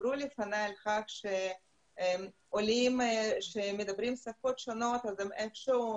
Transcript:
דיברו לפניי על עולים שמדברים שפות שונות ואיכשהו